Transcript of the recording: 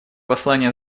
послание